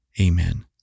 Amen